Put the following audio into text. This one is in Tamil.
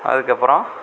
அதுக்கு அப்புறம்